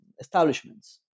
establishments